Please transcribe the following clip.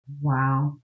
Wow